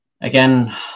again